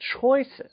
choices